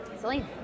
Celine